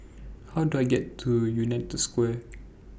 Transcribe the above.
How Do I get to United Square